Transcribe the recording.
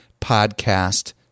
podcast